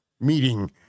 meeting